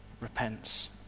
repents